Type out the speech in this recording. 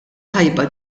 tajba